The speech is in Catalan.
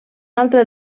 altre